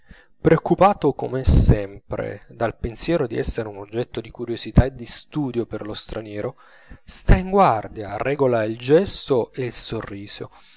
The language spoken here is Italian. preoccupato com'è sempre dal pensiero di essere un oggetto di curiosità e di studio per lo straniero sta in guardia regola il gesto e il sorriso